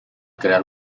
crear